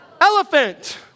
elephant